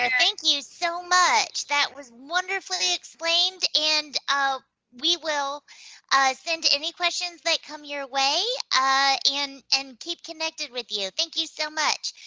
ah thank you so much. that was wonderfully explained, and ah we will send any questions that come your way and and keep connected with you. thank you so much.